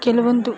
ಕೆಲವೊಂದು